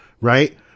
right